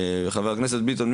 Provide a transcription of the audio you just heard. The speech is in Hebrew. וחבר הכנסת ביטון,